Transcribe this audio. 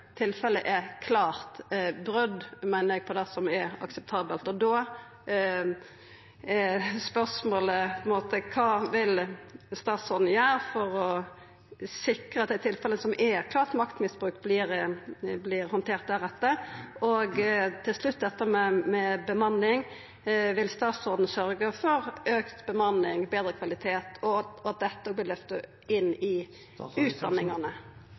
er klare brot, meiner eg, på det som er akseptabelt, og da er spørsmålet: Kva vil statsråden gjera for å sikra at dei tilfella som er klart maktmisbruk, vert handterte deretter? Til slutt dette med bemanning: Vil statsråden sørgja for auka bemanning, betre kvalitet og at dette vert løfta inn i